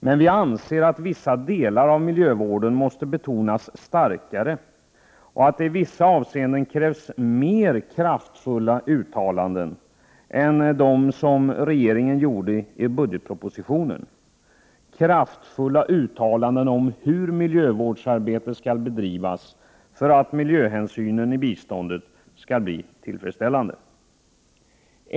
Men vi anser att vissa delar av miljövården måste betonas starkare och att det i vissa avseenden krävs mer kraftfulla uttalanden än de som regeringen gjorde i budgetpropositionen, kraftfulla uttalanden om hur miljövårdsarbetet skall bedrivas för att miljöhänsynen i biståndet skall bli tillfredsställande.